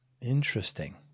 Interesting